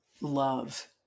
love